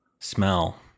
smell